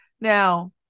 Now